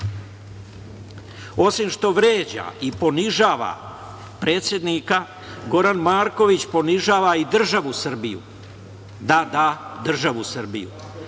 kako. Osim što vređa i ponižava predsednika, Goran Marković ponižava i državu Srbiju. Da, da, državu Srbiju.